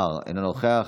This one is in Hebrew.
תודה.